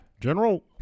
General